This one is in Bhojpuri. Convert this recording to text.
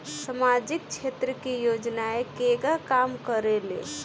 सामाजिक क्षेत्र की योजनाएं केगा काम करेले?